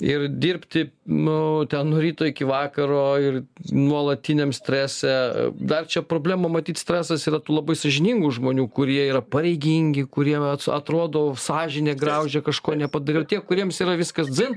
ir dirbti nu ten nuo ryto iki vakaro ir nuolatiniam strese dar čia problema matyt stresas yra tų labai sąžiningų žmonių kurie yra pareigingi kurie mets atrodo sąžinė graužia kažko nepadariau tie kuriems yra viskas dzin